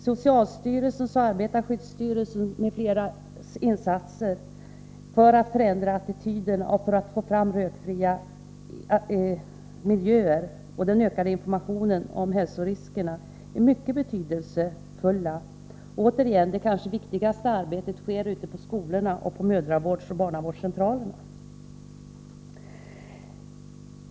Socialstyrelsens, arbetarskyddsstyrelsens m.fl. insatser för att förändra attityderna och för att få fram rökfria miljöer samt den ökade informationen om hälsoriskerna är mycket betydelsefulla. Återigen: det kanske viktigaste arbetet sker ute på skolorna, på mödravårdsoch barnavårdscentralerna.